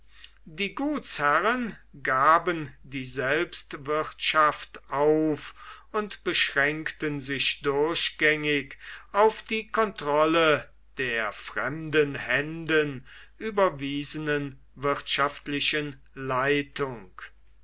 die gutsherren gaben die selbstwirtschaft auf und beschränkten sich durchgängig auf die kontrolle der fremden händen überwiesenen wirtschaftlichen leitung